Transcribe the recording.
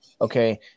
okay